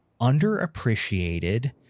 underappreciated